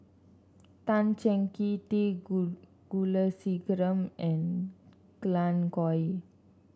Tan Cheng Kee T Kulasekaram and Glen Goei